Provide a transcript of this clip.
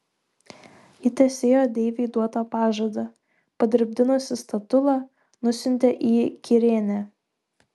ji tesėjo deivei duotą pažadą padirbdinusi statulą nusiuntė į kirėnę